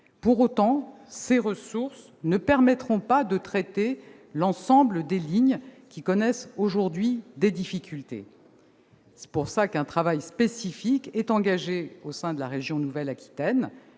Pour autant, ces ressources ne permettront pas de traiter l'ensemble des lignes qui connaissent aujourd'hui des difficultés. C'est pourquoi un travail spécifique est engagé au sein de la région Nouvelle-Aquitaine.